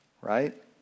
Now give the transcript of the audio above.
Right